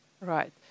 Right